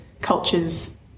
cultures